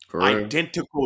Identical